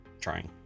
trying